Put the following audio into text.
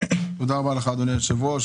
תודה רבה לך, אדוני היושב-ראש.